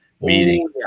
meeting